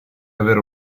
avere